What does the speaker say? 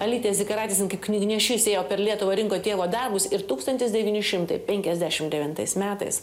alytės zikaraitės knygnešys ėjo per lietuvą rinko tėvo darbus ir tūkstantis devyni šimtai penkiasdešim devintais metais